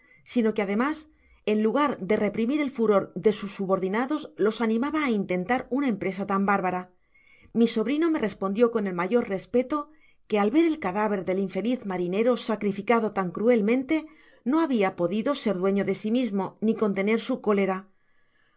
sino que ademas eu lagar de reprimir el furor de sus subordinados los animaba á intentar una empresa tan bárbara mi sobrino me respondio con el mayor respeto que al ver el cadáver del infeliz marinero sacrificado tan cruelmente no babia podido ser dueño de si mismo ni contener su cólera